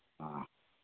ᱦᱚᱸ